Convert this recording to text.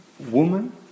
Woman